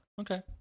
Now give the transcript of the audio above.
Okay